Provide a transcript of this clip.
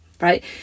right